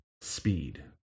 Speed